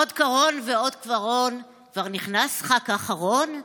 / עוד קרון ועוד קרון / כבר נכנס ח"כ אחרון?